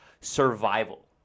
survival